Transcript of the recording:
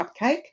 cupcake